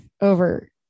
over